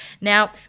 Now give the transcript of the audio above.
Now